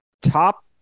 top